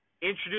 Introduce